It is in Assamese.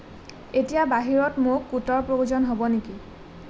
এতিয়া বাহিৰত মোক কোটৰ প্ৰয়োজন হ'ব নেকি